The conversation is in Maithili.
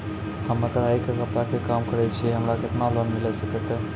हम्मे कढ़ाई कपड़ा के काम करे छियै, हमरा केतना लोन मिले सकते?